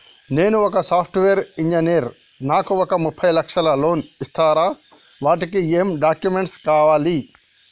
నేను ఒక software engineer నాకు ఒక ముప్పై లక్షల లోన్ ఇస్తరా? వాటికి ఏం డాక్యుమెంట్స్ కావాలి?